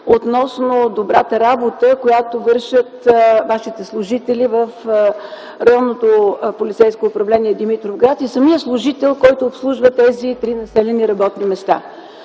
относно добрата работа, която вършат ваши служители в Районното полицейско управление в Димитровград и самият служител, който обслужва тези три населени работни места.